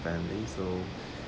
so